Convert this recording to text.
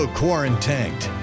quarantined